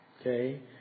Okay